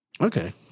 okay